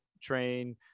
train